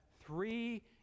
three